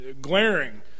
glaring